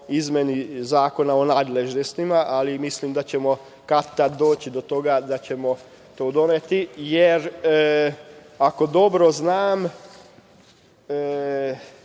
izmeni Zakona o nadležnostima, ali mislim da ćemo kad-tad doći do toga i da ćemo to doneti. Jer, ako dobro znam,